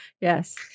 yes